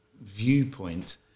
viewpoint